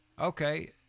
okay